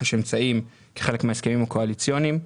אמצעים כחלק מההסכמים הקואליציוניים.